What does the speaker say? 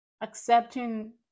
accepting